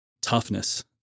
toughness